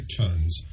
tons